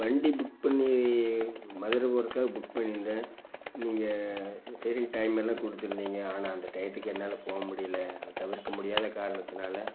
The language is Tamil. வண்டி புக் பண்ணி மதுரை போகிறக்காக புக் பண்ணியிருத்தேன் நீங்கள் சரினு டைமெல்லாம் கொடுத்திருந்திங்க ஆனால் அந்த டயத்துக்கு என்னால் போக முடியல அது தவிர்க்க முடியாத காரணத்தினால்